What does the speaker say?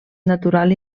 natural